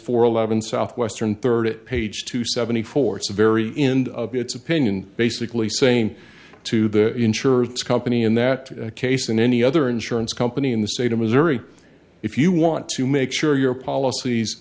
for eleven southwestern thirty eight page two seventy four so very end of it's opinion basically same to the insurance company in that case and any other insurance company in the state of missouri if you want to make sure your policies